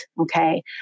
okay